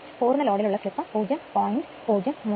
മുഴുവൻ ലോഡിൽ ഉള്ള സ്ലിപ്പും 0